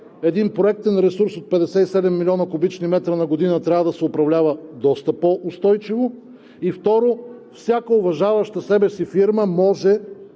един проектен ресурс от 57 млн. куб. м на година трябва да се управлява доста по-устойчиво. И второ, всяка уважаваща себе си фирма може